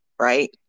right